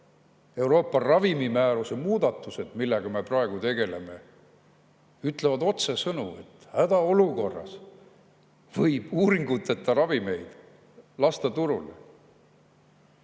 Euroopa ravimimääruse muudatused, millega me praegu tegeleme, ütlevad otsesõnu, et hädaolukorras võib uuringuteta ravimeid lasta turule.